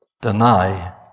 Deny